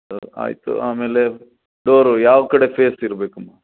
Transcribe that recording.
ಹಾಂ ಆಯಿತು ಆಮೇಲೆ ಡೋರು ಯಾವ ಕಡೆ ಫೇಸ್ ಇರಬೇಕಮ್ಮ